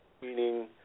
Meaning